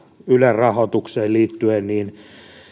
ylen rahoitukseen liittyen